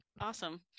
Awesome